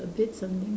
a bit something